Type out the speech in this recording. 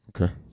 Okay